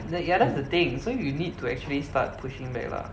ya that's the thing so you need to actually start pushing back lah